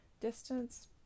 Distance